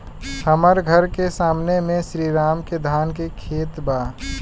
हमर घर के सामने में श्री राम के धान के खेत बा